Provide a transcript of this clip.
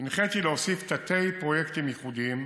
הנחת אבן הפינה לפרויקט התקיימה